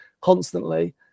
constantly